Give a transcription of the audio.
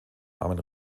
namen